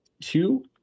two